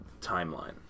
timeline